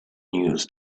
news